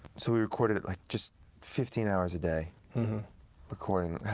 so we recorded it like just fifteen hours a day recording.